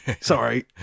Sorry